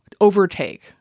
overtake